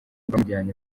bamujyana